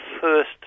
first